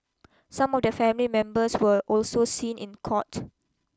some of their family members were also seen in court